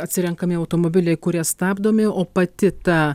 atsirenkami automobiliai kurie stabdomi o pati ta